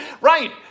Right